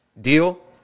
deal